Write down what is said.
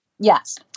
Yes